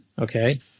okay